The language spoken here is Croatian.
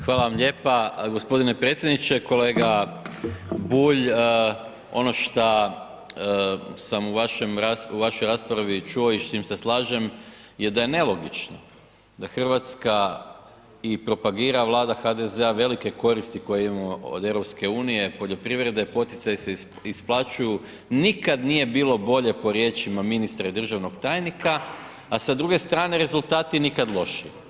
Hvala vam lijepa gospodine predsjedniče, kolega Bulj ono šta sam u vašoj raspravi čuo i s čim se slažem je da je nelogično da Hrvatska i propagira Vlada HDZ-a velike koristi koje imamo od EU, poljoprivrede, poticaji se isplaćuju, nikad nije bilo bolje po riječima ministra i državnog tajnika, a sa druge strane rezultati nikad lošiji.